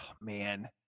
man